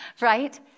right